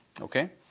Okay